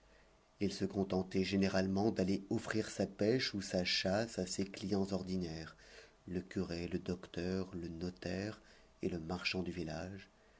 il se contentait généralement d'aller offrir sa pêche ou sa chasse à ses clients ordinaires le curé le docteur le notaire et le marchand du village